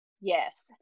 Yes